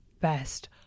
best